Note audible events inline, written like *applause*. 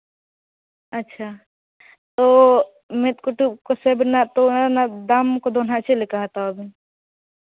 ᱟᱪᱪᱷᱟ ᱢᱮᱫ ᱠᱚᱫᱚ *unintelligible* ᱫᱟᱢ ᱠᱚᱫᱚ ᱦᱟᱸᱜ ᱪᱮᱫ ᱞᱮᱠᱟ ᱦᱟᱛᱟᱣ ᱟᱵᱮᱱ